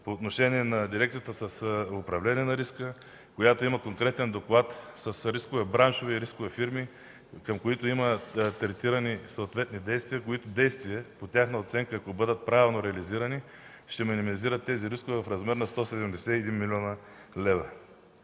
по отношение на Дирекцията за управление на риска, която има конкретен доклад за браншове и рискови фирми, към които има третирани съответни действия. По тяхна оценка, ако те бъдат правилно реализирани, ще се минимизират рискове за около 171 млн. лв.